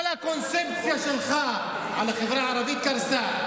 כל הקונספציה שלך על החברה הערבית קרסה.